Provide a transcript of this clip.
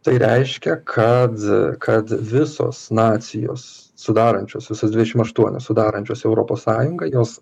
tai reiškia kad kad visos nacijos sudarančios visos dvidešimt aštuonios sudarančios europos sąjungą jos